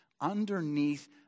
Underneath